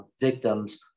victims